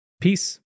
Peace